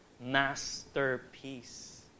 masterpiece